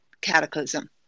cataclysm